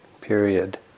period